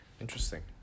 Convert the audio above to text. Interesting